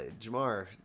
jamar